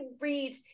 read